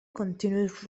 continues